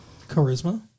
Charisma